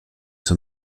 son